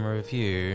review